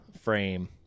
frame